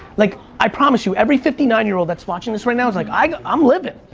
like i promise you, every fifty nine year old that's watching this right now, is like, i'm living.